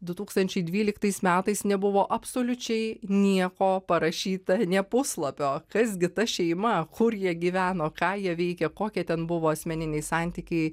du tūkstančiai dvyliktais metais nebuvo absoliučiai nieko parašyta nė puslapio kas gi ta šeima kur jie gyveno ką jie veikė kokie ten buvo asmeniniai santykiai